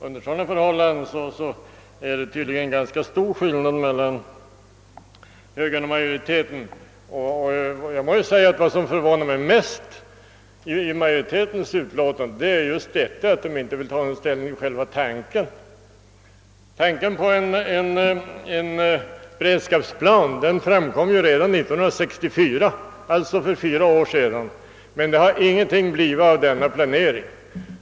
Under sådana förhållanden föreligger det tydligen ganska stor skillnad mellan högern och utskottsmajoriteten. Vad som förvånar mig mest i utskottsmajoritetens utlåtande är just att man inte vill ta någon ställning till själva tanken. Tanken på en beredskapsplan framkom ju redan 1964, alltså för fyra år sedan, men det har ingenting blivit av denna planering.